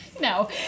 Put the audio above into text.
no